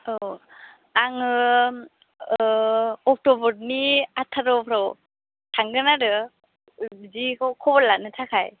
औ आङो अक्ट'बरनि आथार'फ्राव थांगोन आरो बिदिखौ खबर लानो थाखाय